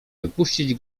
wypuścić